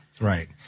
right